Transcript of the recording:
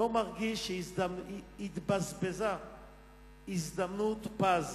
לא מרגיש שהתבזבזה הזדמנות פז